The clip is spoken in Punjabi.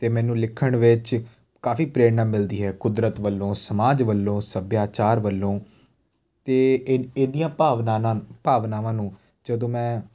ਅਤੇ ਮੈਨੂੰ ਲਿਖਣ ਵਿੱਚ ਕਾਫੀ ਪ੍ਰੇਰਨਾ ਮਿਲਦੀ ਹੈ ਕੁਦਰਤ ਵੱਲੋਂ ਸਮਾਜ ਵੱਲੋਂ ਸੱਭਿਆਚਾਰ ਵੱਲੋਂ ਅਤੇ ਇਹ ਇਹਦੀਆਂ ਭਾਵਨਾਨਾ ਭਾਵਨਾਵਾਂ ਨੂੰ ਜਦੋਂ ਮੈਂ